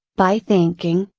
by thinking,